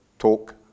talk